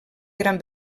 gran